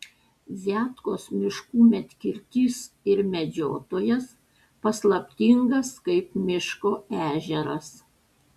viatkos miškų medkirtys ir medžiotojas paslaptingas kaip miško ežeras